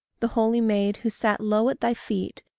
the holy maid who sat low at thy feet,